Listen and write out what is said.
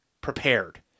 prepared